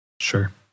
Sure